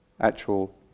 actual